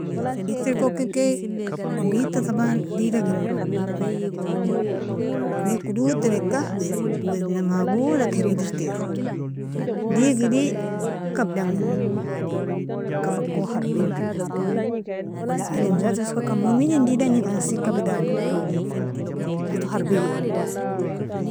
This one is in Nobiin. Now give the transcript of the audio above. Iter okigia imedta taban digdakeom imed kododtrika wazna magolkir idertaro, digidie kabdangimo kabakon kharbin wala adam zato iska kapmo imedin digidikan asi kapi damo kharbiji.